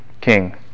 king